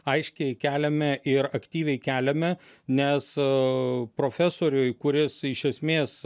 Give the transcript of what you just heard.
aiškiai keliame ir aktyviai keliame nes profesoriui kuris iš esmės